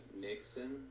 Nixon